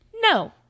No